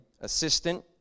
assistant